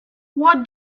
what